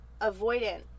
avoidant